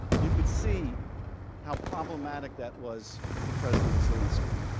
you could see how problematic that was for president zelensky.